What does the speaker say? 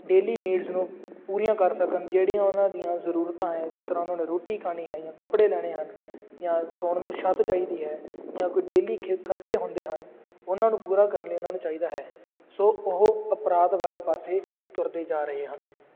daily needs ਨੂੰ ਪੂਰੀਆਂ ਕਰ ਸਕਣ ਜਿਹੜੀਆਂ ਉਹਨਾਂ ਦੀਆਂ ਜ਼ਰੂਰਤਾਂ ਹੈ ਜਿਸ ਤਰ੍ਹਾਂ ਉਹਨਾਂ ਨੇ ਰੋਟੀ ਖਾਣੀ ਹੈ ਜਾਂ ਕੱਪੜੇ ਲੈਣੇ ਹਨ ਜਾਂ ਸੌਣ ਨੂੰ ਛੱਤ ਚਾਹੀਦੀ ਹੈ ਜਾਂ ਕੋਈ ਡੇਲੀ ਖੇ ਖਰਚੇ ਹੁੰਦੇ ਹਨ ਉਹਨਾਂ ਨੂੰ ਪੂਰਾ ਕਰਨ ਲਈ ਉਹਨਾਂ ਨੂੰ ਚਾਹੀਦਾ ਹੈ ਸੋ ਉਹ ਅਪਰਾਧ ਵਾਲੇ ਪਾਸੇ ਤੁਰਦੇ ਜਾ ਰਹੇ ਹਨ